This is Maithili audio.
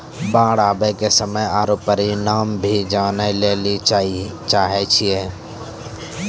बाढ़ आवे के समय आरु परिमाण भी जाने लेली चाहेय छैय?